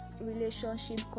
relationship